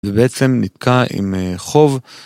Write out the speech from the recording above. ובעצם נתקע עם חוב.